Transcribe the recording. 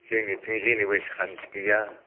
जोंनिथिं जेनिबो सान्स गैया